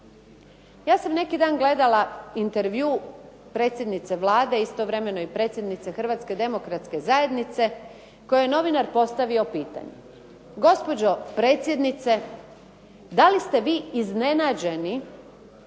Ja sam neki dan gledala intervju predsjednice Vlade, istovremeno i predsjednice Hrvatske demokratske zajednice, kojoj je novinar postavio pitanje gospođo predsjednice da li ste vi iznenađeni